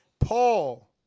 Paul